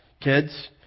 kids